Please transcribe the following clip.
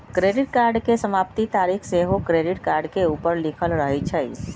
credit card के समाप्ति तारिख सेहो क्रेडिट कार्ड के ऊपर लिखल रहइ छइ